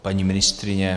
Paní ministryně?